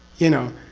you know,